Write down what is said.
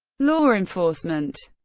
law enforcement